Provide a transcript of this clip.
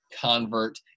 convert